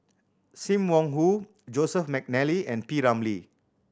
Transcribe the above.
Sim Wong Hoo Joseph McNally and P Ramlee